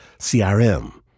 CRM